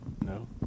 No